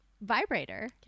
vibrator